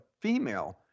female